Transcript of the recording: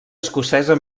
escocesa